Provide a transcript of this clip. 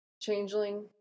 Changeling